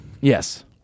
yes